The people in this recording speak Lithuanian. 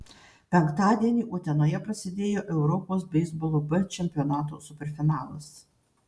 penktadienį utenoje prasidėjo europos beisbolo b čempionato superfinalas